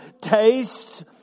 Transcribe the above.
tastes